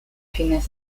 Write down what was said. fines